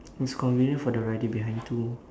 it's convenient for the rider behind to